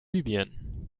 libyen